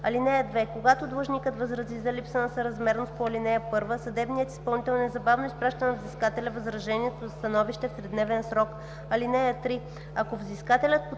(2) Когато длъжникът възрази за липса на съразмерност по ал. 1, съдебният изпълнител незабавно изпраща на взискателя възражението за становище в тридневен срок. (3) Ако взискателят